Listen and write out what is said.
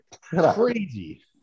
crazy